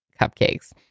cupcakes